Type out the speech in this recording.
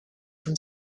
from